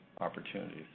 opportunities